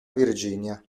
virginia